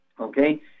Okay